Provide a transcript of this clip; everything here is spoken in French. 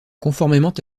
conformément